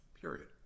period